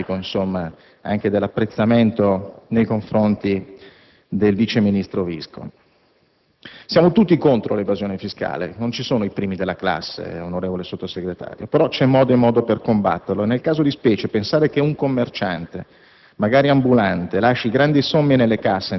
Questo è sintomatico anche dell'apprezzamento nei confronti del vice ministro Visco. Siamo tutti contro l'evasione fiscale, non ci sono i primi della classe, onorevole Sottosegretario. Ma c'è modo e modo per combatterla e, nel caso di specie, pensare che un commerciante,